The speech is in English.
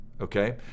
okay